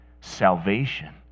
salvation